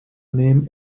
name